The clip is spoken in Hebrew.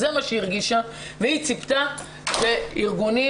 זה מה שהיא הרגישה והיא ציפתה שארגונים